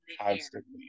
constantly